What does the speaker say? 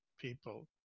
people